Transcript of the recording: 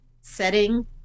setting